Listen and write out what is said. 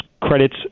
credits